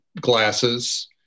glasses